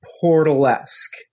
Portal-esque